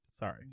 Sorry